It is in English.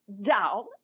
down